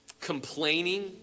complaining